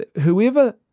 Whoever